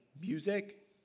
music